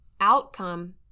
Outcome